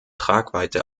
tragweite